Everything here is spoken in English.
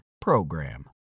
PROGRAM